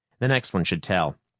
the next one should tell.